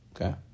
okay